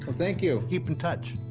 thank you. keep in touch.